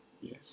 Yes